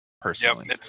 personally